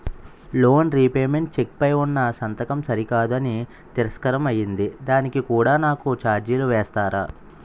Loan repayment cheque పై ఉన్నా సంతకం సరికాదు అని తిరస్కారం అయ్యింది దానికి కూడా నాకు ఛార్జీలు వేస్తారా?